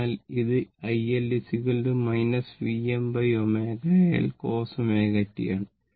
അതിനാൽ ഇത് iL Vmω L cos ω t ആണ്